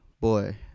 Boy